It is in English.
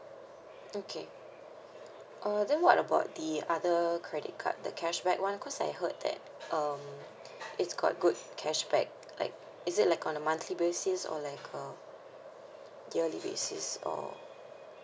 okay uh then what about the other credit card the cashback one cause I heard that um it's got good cashback like is it like on a monthly basis or like a yearly basis or